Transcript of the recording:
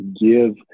give